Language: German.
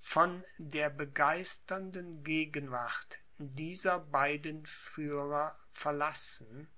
von der begeisternden gegenwart dieser beiden führen verlassen